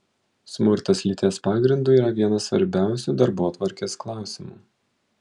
smurtas lyties pagrindu yra vienas svarbiausių darbotvarkės klausimų